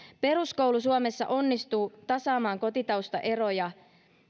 peruskoulu suomessa onnistui tasaamaan kotitaustaeroja